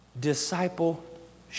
Discipleship